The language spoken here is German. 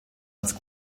als